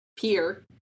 pier